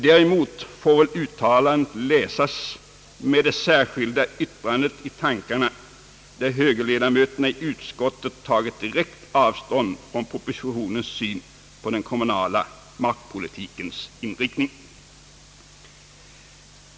Däremot får uttalandet läsas med det särskilda yttrande i tankarna, där högerledamöterna i utskottet tagit direkt avstånd från propositionens syn på den kommunala markpolitikens inriktning.